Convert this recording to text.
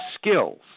skills